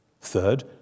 Third